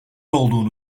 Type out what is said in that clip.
olduğunu